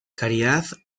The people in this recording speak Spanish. caridad